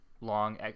long